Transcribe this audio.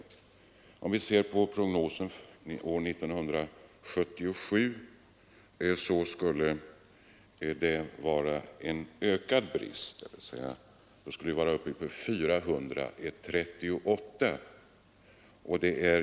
Vi skall också finna att 1977 kommer vi enligt prognosen att ha en brist som är uppe i 438 allmänläkarspecialister.